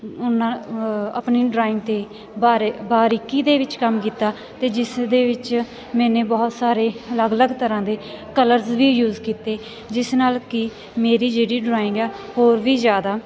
ਉਹਨਾਂ ਆਪਣੀ ਡਰਾਇੰਗ 'ਤੇ ਬਾਰੇ ਬਾਰੀਕੀ ਦੇ ਵਿੱਚ ਕੰਮ ਕੀਤਾ ਅਤੇ ਜਿਸ ਦੇ ਵਿੱਚ ਮੈਨੇ ਬਹੁਤ ਸਾਰੇ ਅਲੱਗ ਅਲੱਗ ਤਰ੍ਹਾਂ ਦੇ ਕਲਰਸ ਵੀ ਯੂਜ਼ ਕੀਤੇ ਜਿਸ ਨਾਲ ਕੀ ਮੇਰੀ ਜਿਹੜੀ ਡਰਾਇੰਗ ਆ ਹੋਰ ਵੀ ਜ਼ਿਆਦਾ